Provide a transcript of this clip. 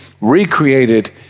recreated